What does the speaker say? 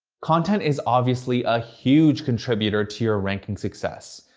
content is obviously a huge contributor to your ranking success.